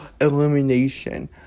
elimination